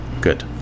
Good